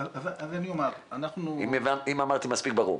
אם אמרתי מספיק ברור.